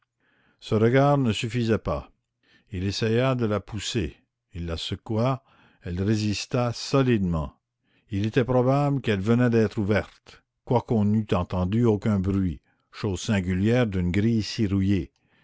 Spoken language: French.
ce regard ne suffisant pas il essaya de la pousser il la secoua elle résista solidement il était probable qu'elle venait d'être ouverte quoiqu'on n'eût entendu aucun bruit chose singulière d'une grille